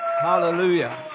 Hallelujah